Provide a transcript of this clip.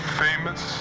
famous